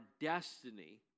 destiny